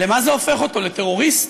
למה זה הופך אותו, לטרוריסט?